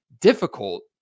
difficult